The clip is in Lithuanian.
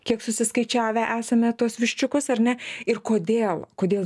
kiek susiskaičiavę esame tuos viščiukus ar ne ir kodėl kodėl